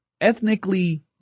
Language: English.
ethnically